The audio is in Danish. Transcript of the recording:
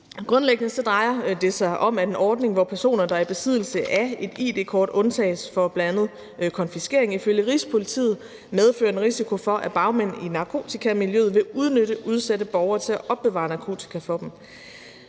Grundlæggende drejer det sig om, at en ordning, hvor personer, der er i besiddelse af et id-kort, undtages for bl.a. konfiskering, ifølge Rigspolitiet medfører en risiko for, at bagmænd i narkotikamiljøet vil udnytte udsatte borgere til at opbevare narkotika for dem.